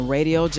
Radio